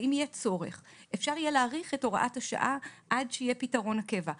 אם יהיה צורך אפשר יהיה להאריך את הוראת השעה עד שיהיה פתרון הקבע,